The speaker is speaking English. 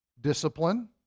Discipline